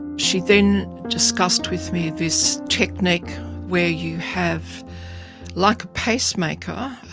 she then discussed with me this technique where you have like a pacemaker